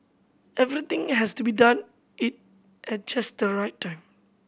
everything has to be done at just the right time